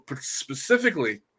specifically